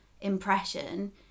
impression